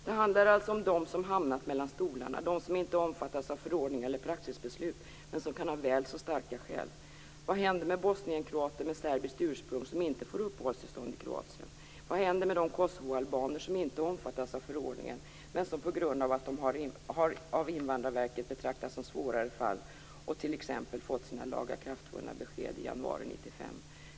Det handlar alltså om dem som har hamnat mellan stolarna - de som inte omfattas av förordningar eller praxisbeslut, men som kan ha väl så starka skäl. Vad händer med de kosovoalbaner som inte omfattas av förordningen, men som på grund av att de av Invandrarverket betraktas som svårare fall t.ex. fått sina lagakraftvunna besked i januari 1995?